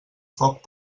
foc